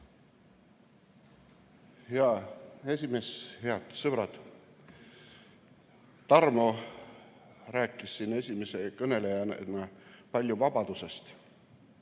Hea esimees! Head sõbrad! Tarmo rääkis siin esimese kõnelejana palju vabadusest.